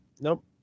Nope